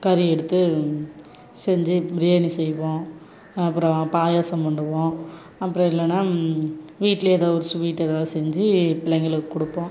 கறி எடுத்து செஞ்சு பிரியாணி செய்வோம் அப்புறம் பாயாசம் பண்ணுவோம் அப்புறம் இல்லைன்னா வீட்லேயே ஏதாவது ஒரு ஸ்வீட்டு ஏதாவது செஞ்சு பிள்ளைங்களுக்குக் கொடுப்போம்